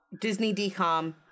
Disney-decom